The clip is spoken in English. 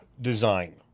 design